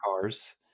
cars